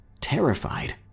terrified